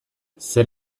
zer